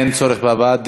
אין צורך בהבעת דעה,